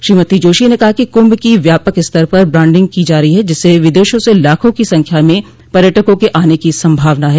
श्रीमती जोशी ने कहा कि कुंभ की व्यापक स्तर पर ब्रांडिंग की जा रही है जिससे विदेशों से लाखों की संख्या में पर्यटकों के आने की संभावना है